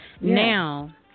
Now